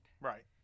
Right